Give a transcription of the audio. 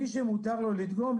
מי שמותר לו לדגום,